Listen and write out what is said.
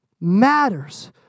matters